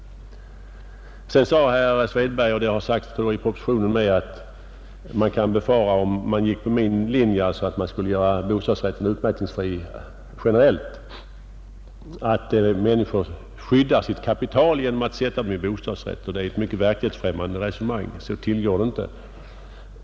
Sedan sade herr Svedberg, och det står också i propositionen, att det kan befaras att människor — om man gick på min linje och generellt gjorde bostadsrätten utmätningsfri — skulle skydda sitt kapital genom att sätta in det i en bostadsrätt. Detta är ett mycket verklighetsfrämmande resonemang, så går det inte till.